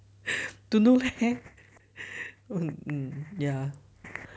don't know leh mm ya